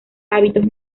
hábitos